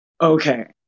okay